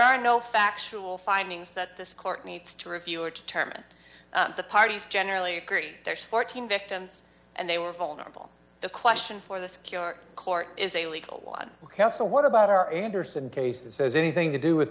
are no factual findings that this court needs to review or determine the parties generally agree there's fourteen victims and they were vulnerable the question for the secure court is a legal one ok also what about our anderson case that says anything to do with